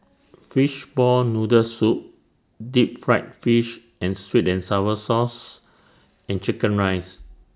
Fishball Noodle Soup Deep Fried Fish and Sweet and Sour Sauce and Chicken Rice